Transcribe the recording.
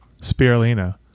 spirulina